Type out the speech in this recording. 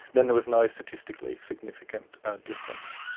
then there was no statistically significant difference.